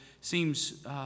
seems